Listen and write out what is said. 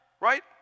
right